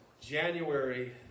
January